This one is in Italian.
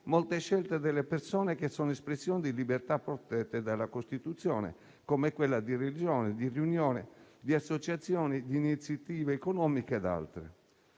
molte scelte delle persone che sono espressione di libertà protette dalla Costituzione, come quella di religione, di riunione, di associazione, di iniziativa economica ed altre.